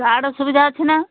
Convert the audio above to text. ଗାର୍ଡ୍ର ସୁବିଧା ଅଛି ନା